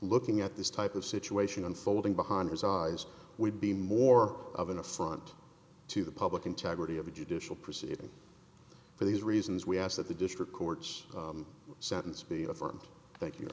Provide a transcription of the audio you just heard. looking at this type of situation unfolding behind his eyes would be more of an affront to the public integrity of the judicial proceeding for these reasons we ask that the district courts sentence